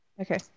okay